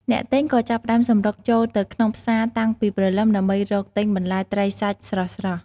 អ្នកទិញក៏ចាប់ផ្តើមសម្រុកចូលទៅក្នុងផ្សារតាំងពីព្រលឹមដើម្បីរកទិញបន្លែត្រីសាច់ស្រស់ៗ។